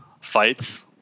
fights